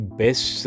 best